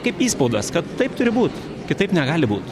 kaip įspaudas kad taip turi būt kitaip negali būt